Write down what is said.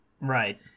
Right